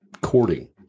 courting